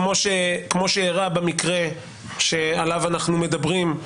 כמו שאירע במקרה שעליו אנחנו מדברים.